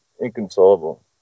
inconsolable